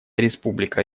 республика